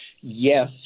yes